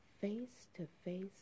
face-to-face